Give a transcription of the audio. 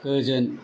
गोजोन